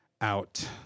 out